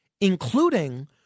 including